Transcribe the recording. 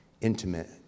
intimate